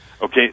Okay